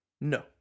No